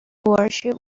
worships